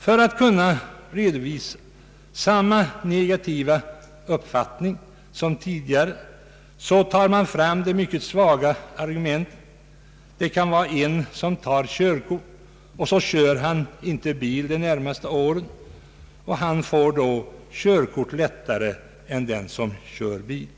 För att kunna redovisa samma negativa uppfattning som tidigare tar man fram ett mycket svagt argument: en person tar körkort och kör sedan inte bil under de närmaste åren, och han får därefter definitivt körkort lättare än den som kört bil.